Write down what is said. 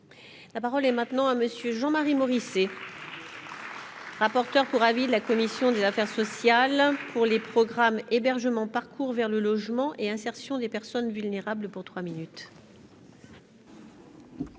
La parole est maintenant à monsieur Jean-Marie Morisset. Rapporteur pour avis de la commission des affaires sociales pour les. Programme hébergement parcours vers le logement et insertion des personnes vulnérables pour 3 minutes.